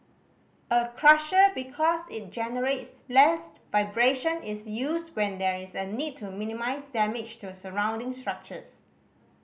a crusher because it generates less vibration is used when there is a need to minimise damage to surrounding structures